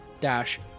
dash